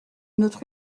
notre